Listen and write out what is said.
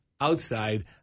outside